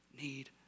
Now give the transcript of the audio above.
need